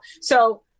So-